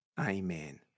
Amen